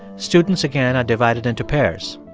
students, again, are divided into pairs.